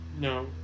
No